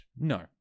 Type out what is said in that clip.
no